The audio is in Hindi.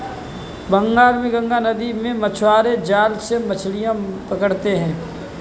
बंगाल में गंगा नदी में मछुआरे जाल से मछलियां पकड़ते हैं